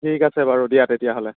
ঠিক আছে বাৰু দিয়া তেতিয়াহ'লে